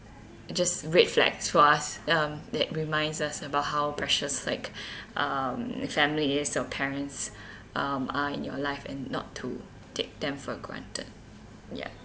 just red flags for us um that reminds us about how precious like um family is your parents um are in your life and not to take them for granted yup